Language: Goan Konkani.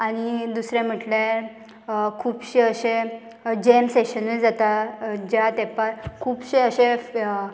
आनी दुसरें म्हटल्यार खुबशे अशे जेम सेशनूय जाता ज्या तेंपार खुबशे अशे